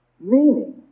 Meaning